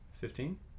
Fifteen